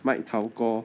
mike